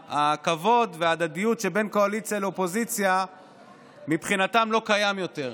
והכבוד והדדיות שבין אופוזיציה לקואליציה מבחינתם לא היו קיימים יותר.